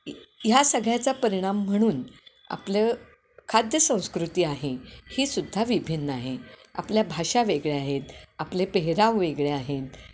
या सगळ्याचा परिणाम म्हणून आपलं खाद्यसंस्कृती आहे ही सुद्धा विभिन्न आहे आपल्या भाषा वेगळे आहेत आपले पेहराव वेगळे आहेत